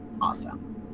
Awesome